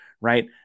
right